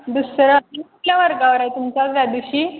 दुसऱ्या कुठल्या वर्गावर आहे तुमचा त्यादिवशी